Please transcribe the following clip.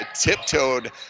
tiptoed